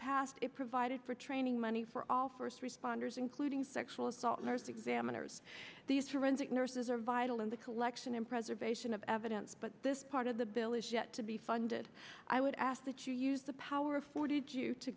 passed it provided for training money for all first responders including sexual assault nurse examiners these forensic nurses are vital in the collection and preservation of evidence but this part of the bill is yet to be funded i would ask that you use the power afforded you to